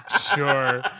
Sure